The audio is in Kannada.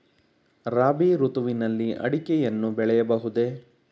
ರಾಬಿ ಋತುವಿನಲ್ಲಿ ಅಡಿಕೆಯನ್ನು ಬೆಳೆಯಬಹುದೇ?